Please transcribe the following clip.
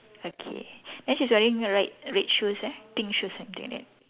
okay then she's wearing right red shoes eh pink shoes something like that